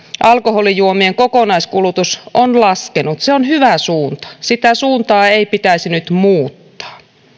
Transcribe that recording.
alkoholijuomien kokonaiskulutus on laskenut se on hyvä suunta sitä suuntaa ei pitäisi nyt muuttaa